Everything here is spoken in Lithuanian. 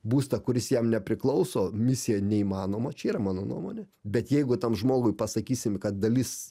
būstą kuris jam nepriklauso misija neįmanoma čia yra mano nuomonė bet jeigu tam žmogui pasakysim kad dalis